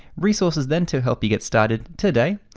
resources then to help you get started today.